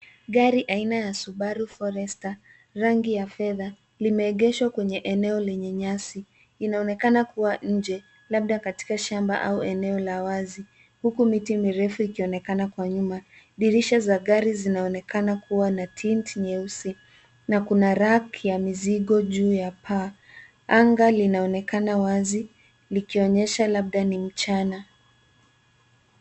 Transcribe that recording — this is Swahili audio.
Gari aina ya Subaru Forester, rangi ya fedha, limeegeshwa, kwenye eneo lenye nyasi. Inaonekana kuwa nje, labda katika shamba au eneo la wazi, huku miti mirefu ikionekana kwa nyuma. Dirisha za gari zinaonekana kuwa na tint nyeusi. Na kuna raki ya mzigo juu ya paa. Anga linaonekana wazi likionyesha labda ni mchana.